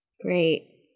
Great